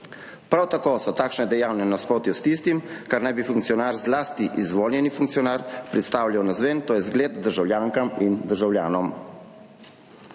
Prav tako so takšna dejanja v nasprotju s tistim, kar naj bi funkcionar, zlasti izvoljen funkcionar predstavljal navzven, to je zgled državljankam in državljanom.